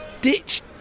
ditch